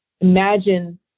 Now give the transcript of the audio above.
Imagine